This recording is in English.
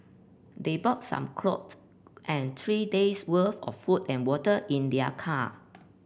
they brought some clothes and three days'worth of food and water in their car